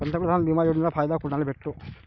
पंतप्रधान बिमा योजनेचा फायदा कुनाले भेटतो?